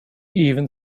even